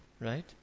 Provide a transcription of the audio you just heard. Right